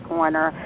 Corner